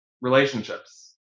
relationships